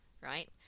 right